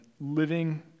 living